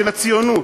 של הציונות.